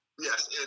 Yes